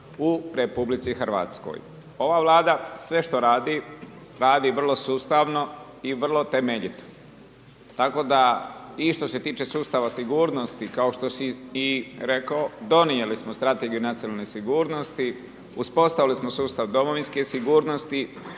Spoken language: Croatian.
u RH. Ova Vlada sve što radi, radi vrlo sustavno i vrlo temeljito, tako da i što se tiče sustava sigurnosti, kao što si i rekao, donijeli smo strategiju nacionalne sigurnosti, uspostavili smo sustav domovinske sigurnosti